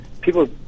people